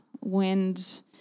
wind